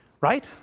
Right